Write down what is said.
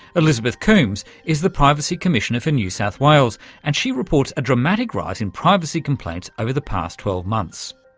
elizabeth coombs is the privacy commissioner for new south wales and she reports a dramatic rise in privacy complaints over the past twelve months.